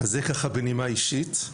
אז זה ככה בנימה אישית.